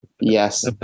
Yes